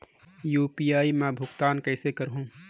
UPI मा भुगतान कइसे करहूं?